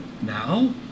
Now